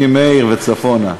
ממאיר וצפונה,